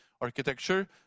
architecture